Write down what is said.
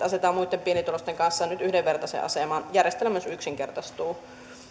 asetetaan muitten pienituloisten kanssa nyt yhdenvertaiseen asemaan järjestelmä myös yksinkertaistuu